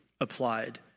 applied